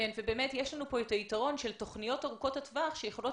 יש לנו את היתרון של התוכניות ארוכות הטווח שיכולות